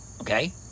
okay